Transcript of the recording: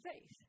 faith